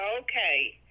okay